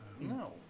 no